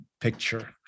picture